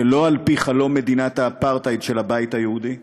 ולא על-פי חלום מדינת האפרטהייד של הבית היהודי?